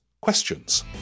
questions